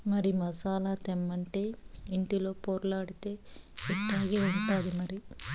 మరి మసాలా తెమ్మంటే ఇంటిలో పొర్లాడితే ఇట్టాగే ఉంటాది మరి